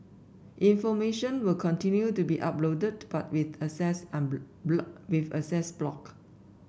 information will continue to be uploaded but with access with access blocked